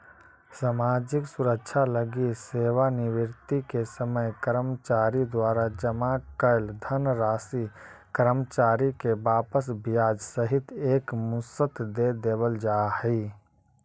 सामाजिक सुरक्षा लगी सेवानिवृत्ति के समय कर्मचारी द्वारा जमा कैल धनराशि कर्मचारी के वापस ब्याज सहित एक मुश्त दे देवल जाहई